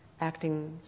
acting